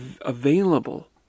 available